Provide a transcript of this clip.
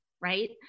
right